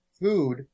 food